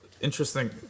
interesting